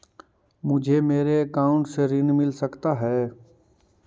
मुझे मेरे अकाउंट से ऋण मिल सकता है?